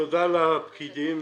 תודה לפקידים,